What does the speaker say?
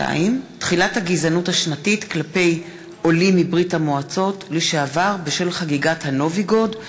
2. גזענות כלפי עולים מברית-המועצות לשעבר בשל חגיגת הנובי-גוד,